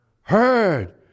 heard